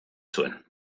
zuen